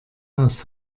aus